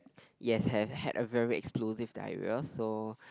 yes have had a very explosive diarrhea so